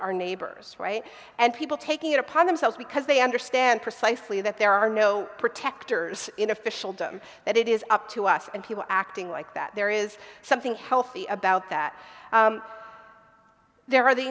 our neighbors and people taking it upon themselves because they understand precisely that there are no protectors in officialdom that it is up to us and people acting like that there is something healthy about that there are the